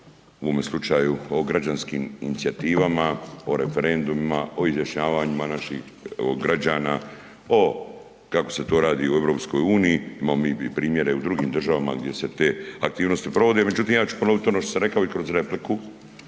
o ovome slučaju o građanskim inicijativama, o referendumima, o izjašnjavanjima naših građana, o kako se to radi u EU-u, imamo mi i primjere u drugim državama gdje se te aktivnosti provode međutim ja ću ponovit ono što sam rekao i kroz repliku,